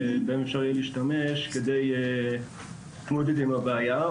שבהם אפשר יהיה להשתמש כדי להתמודד עם הבעיה.